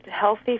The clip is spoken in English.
healthy